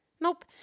nope